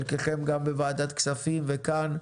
חלקכם גם בוועדת כספים וכאן,